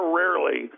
rarely